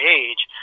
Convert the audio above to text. age